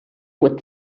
with